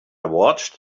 watched